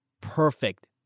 Perfect